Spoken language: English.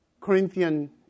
Corinthian